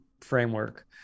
framework